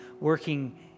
working